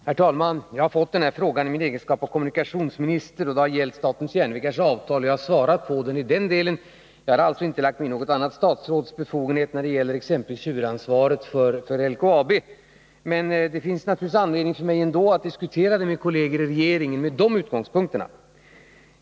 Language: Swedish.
Herr talman! Jag har i min egenskap av kommunikationsminister fått frågan om statens järnvägars avtal, och jag har svarat på frågan i den delen. Jag har alltså inte lagt mig i något annat statsråds befogenheter rörande exempelvis huvudansvaret för LKAB. Men det finns naturligtvis ändå anledning för mig att från de utgångspunkterna diskutera frågan med kolleger i regeringen.